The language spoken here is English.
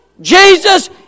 Jesus